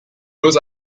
bloß